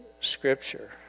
Scripture